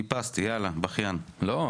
בבקשה.